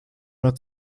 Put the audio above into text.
mehr